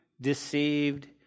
deceived